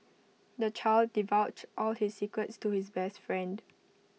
the child divulged all his secrets to his best friend